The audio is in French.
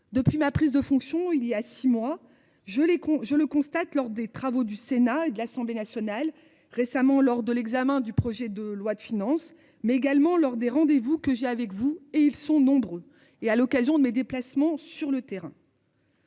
Depuis ma prise de fonction, il y a six mois, je l'ai con je le constate lors des travaux du Sénat et de l'Assemblée nationale récemment lors de l'examen du projet de loi de finances mais également lors des rendez-vous que j'ai avec vous et ils sont nombreux et à l'occasion de mes déplacements sur le terrain.--